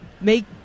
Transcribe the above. make